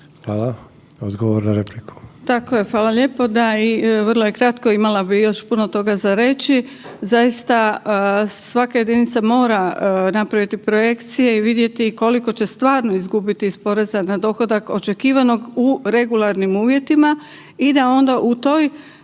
**Perić, Grozdana (HDZ)** Tako je, hvala lijepo, da i vrlo je kratko imala bi još puno toga za reći, zaista svaka jedinica mora napraviti projekcije i vidjeti koliko će stvarno izgubiti iz poreza na dohodak očekivanog u regularnim uvjetima i da onda u toj